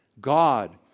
God